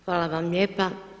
Hvala vam lijepa.